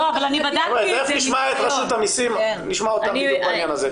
תיכף נשמע את רשות המיסים בעניין הזה.